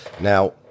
Now